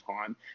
time